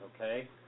Okay